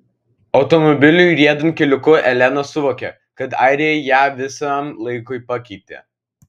automobiliui riedant keliuku elena suvokė kad airija ją visam laikui pakeitė